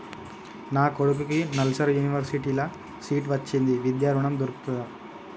నా కొడుకుకి నల్సార్ యూనివర్సిటీ ల సీట్ వచ్చింది విద్య ఋణం దొర్కుతదా?